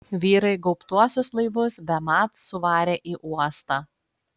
vyrai gaubtuosius laivus bemat suvarė į uostą